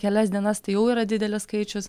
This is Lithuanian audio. kelias dienas tai jau yra didelis skaičius